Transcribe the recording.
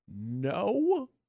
no